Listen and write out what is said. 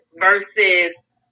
versus